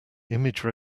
image